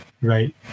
right